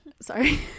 Sorry